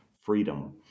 freedom